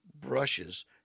brushes